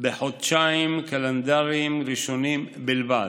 בחודשיים הקלנדריים הראשונים בלבד.